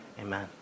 Amen